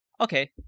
okay